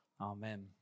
amen